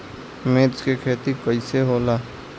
मिर्च के खेती कईसे होला?